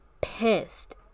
pissed